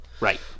Right